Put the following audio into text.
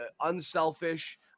unselfish